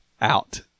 out